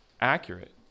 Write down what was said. accurate